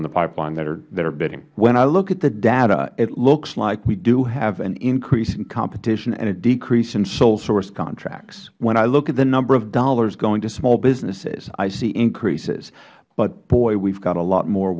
in the pipeline that are bidding mister gordon when i look at the data it looks like we do have an increase in competition and a decrease in sole source contracts when i look at the number of dollars going to small businesses i see increases but boy we have a lot more